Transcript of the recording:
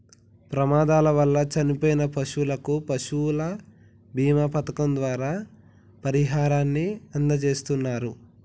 ప్రమాదాల వల్ల చనిపోయిన పశువులకు పశువుల బీమా పథకం ద్వారా పరిహారాన్ని అందజేస్తున్నరు